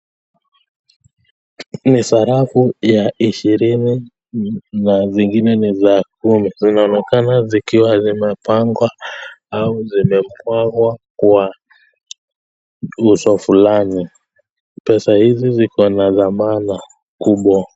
Ni sarafu ya ishirini na zingine ni za kumi zinaonekana zimepangwa au zimepangwa kwa meza fulani, pesa hizi ziko na thamana kubwa sana.